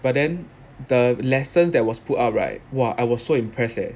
but then the lessons that was put up right !wah! I was so impressed eh